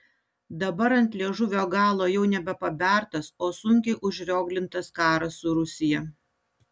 dabar ant liežuvio galo jau nebe pabertas o sunkiai užrioglintas karas su rusija